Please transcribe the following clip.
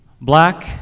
Black